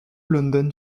london